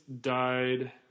died